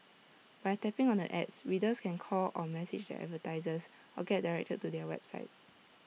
by tapping on the ads readers can call or message the advertisers or get directed to their websites